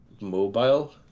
mobile